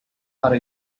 para